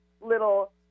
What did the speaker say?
little